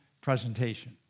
presentation